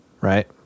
right